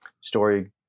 story